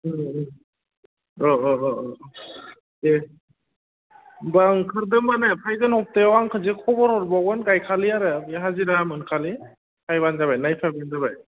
दे होमब्ला ओंखारदो होमब्ला ने फैगोन सप्तायाव आं खनसे खबर हरबावगोन गायखालि आरो हाजिरा मोनखालि फायब्लानो जाबाय नायफायब्लानो जाबाय